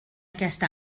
aquest